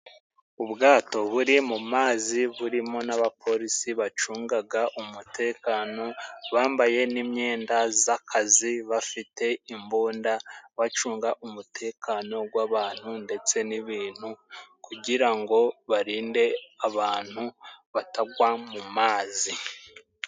Ubwato buri mu mazi burimo n'abapolisi bacungaga umutekano， bambaye n'imyenda z'akazi bafite imbunda， bacunga umutekano gw'abantu ndetse n'ibintu， kugira ngo barinde abantu batagwa mu mazi.